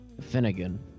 Finnegan